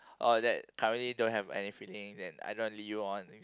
or that currently don't have any feelings and I don't want to lead you on